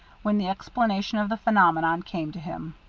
when the explanation of the phenomenon came to him.